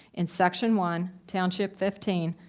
in section one, township fifteen,